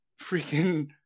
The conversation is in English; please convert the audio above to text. freaking